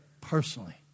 personally